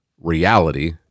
reality